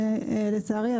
לצערי,